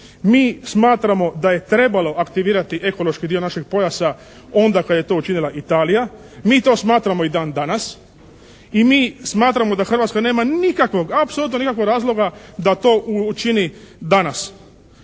Mi smatramo da je trebalo aktivirati ekološki dio našeg pojasa onda kad je to učinila Italija. Mi to smatramo i dan danas. I mi smatramo da Hrvatska nema nikakvog, apsolutno nikakvog razloga da to učini danas.